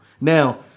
Now